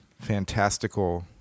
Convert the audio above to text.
fantastical